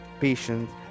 patience